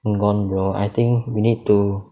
I'm gone bro I think we need to